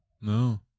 No